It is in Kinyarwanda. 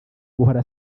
guhora